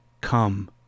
come